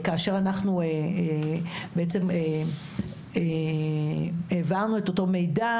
כאשר אנחנו בעצם העברנו את אותו מידע,